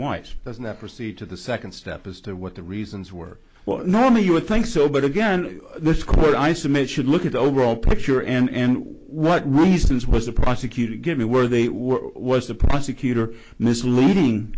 wise doesn't that proceed to the second step is to what the reasons were well normally you would think so but again this court i submit should look at the overall picture and what reasons what the prosecutor give me where they were was the prosecutor misleading